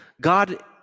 God